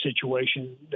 situation